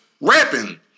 Rapping